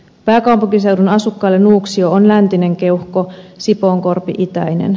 pääkaupunkiseudun asukkaille nuuksio on läntinen keuhko sipoonkorpi itäinen